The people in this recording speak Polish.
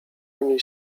emil